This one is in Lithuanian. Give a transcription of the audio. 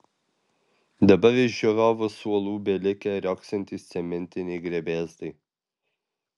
dabar iš žiūrovų suolų belikę riogsantys cementiniai grebėstai